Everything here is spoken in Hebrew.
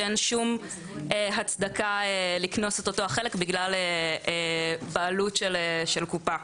שאין שום הצדקה לקנוס את אותו החלק בגלל בעלות של קופה.